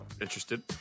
interested